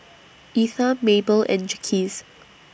Etha Mable and Jaquez